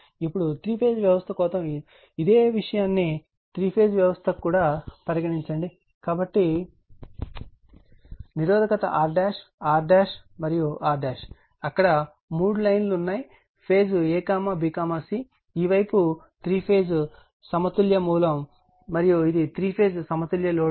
ఇప్పుడు ఇది 3 ఫేజ్ వ్యవస్థ కోసం అదే విషయాన్ని 3 ఫేజ్ వ్యవస్థకు కూడా పరిగణించండి కాబట్టి నిరోధకత R R R అక్కడ మూడు లైన్లు ఉన్నాయి ఫేజ్ a b c ఈ వైపు 3 ఫేజ్ సమతుల్య మూలం మరియు ఇది 3 ఫేజ్ సమతుల్య లోడ్